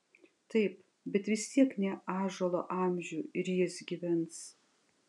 taip bet vis tiek ne ąžuolo amžių ir jis gyvens